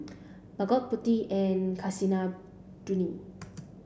Bhagat Potti and Kasinadhuni